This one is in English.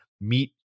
meet